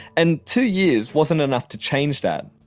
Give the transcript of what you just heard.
and two years wasn't enough to change that.